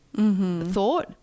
thought